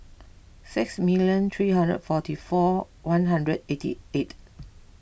six million three hundred forty four one hundred eighty eight